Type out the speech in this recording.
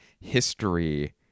history